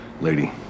Lady